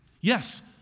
Yes